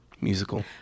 Musical